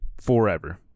forever